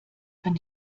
kann